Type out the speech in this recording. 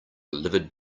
livid